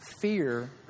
fear